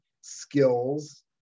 skills